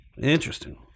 Interesting